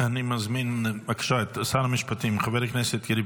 אני מזמין בבקשה את שר המשפטים חבר הכנסת יריב